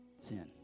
sin